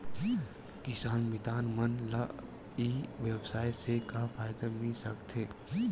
किसान मितान मन ला ई व्यवसाय से का फ़ायदा मिल सकथे?